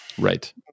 Right